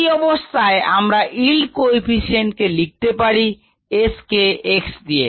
এই অবস্থায় আমরা yield কোইফিশিয়েন্ট কে লিখতে পারি s কে x দিয়ে